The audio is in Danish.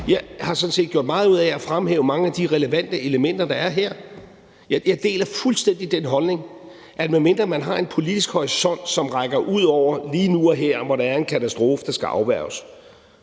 Jeg har sådan set gjort meget ud af at fremhæve mange af de relevante elementer, der er her. Jeg deler fuldstændig den holdning, at medmindre man har en politisk horisont, som rækker ud over lige nu og her, hvor der er en katastrofe, der skal afværges,